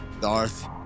Darth